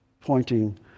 pointing